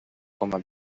coma